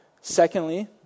Secondly